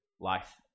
life